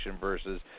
versus